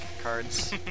cards